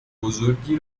بزرگی